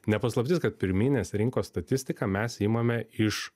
ne paslaptis kad pirminės rinkos statistiką mes imame iš